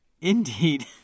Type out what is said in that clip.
Indeed